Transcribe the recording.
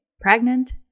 pregnant